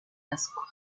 casco